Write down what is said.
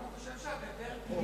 אתה חושב שהגדר תמנע את זה?